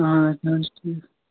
آ اَدٕ حظ ٹھیٖک